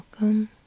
Welcome